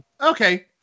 Okay